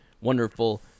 wonderful